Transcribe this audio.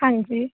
ਹਾਂਜੀ